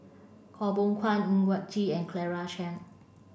Khaw Boon Wan Ng Yak Whee and Claire Chiang